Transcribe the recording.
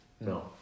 no